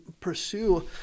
pursue